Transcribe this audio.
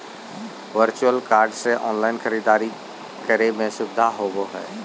virtual card से online खरीदारी करे में सुबधा होबो हइ